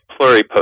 pluripotent